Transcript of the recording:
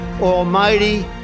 almighty